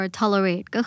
tolerate